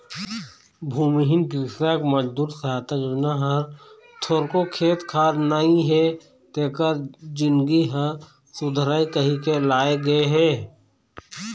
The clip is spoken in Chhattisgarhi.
भूमिहीन कृसक मजदूर सहायता योजना ह थोरको खेत खार नइ हे तेखर जिनगी ह सुधरय कहिके लाए गे हे